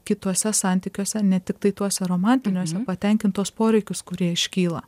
kituose santykiuose ne tiktai tuose romantiniuose patenkint tuos poreikius kurie iškyla